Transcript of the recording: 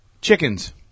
Chickens